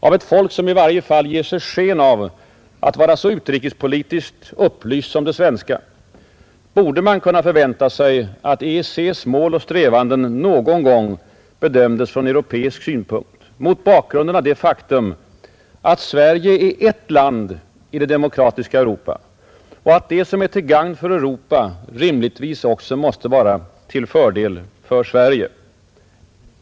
Av ett folk som i varje fall ger sig sken av att vara så utrikespolitiskt upplyst som det svenska borde man kunna förvänta sig att EEC:s mål och strävanden någon gång bedömdes från europeisk synpunkt mot bakgrunden av det faktum att Sverige är ett land i det demokratiska Europa och att det som är till gagn för Europa rimligtvis också måste vara till fördel för Sverige.